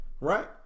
right